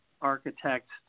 architects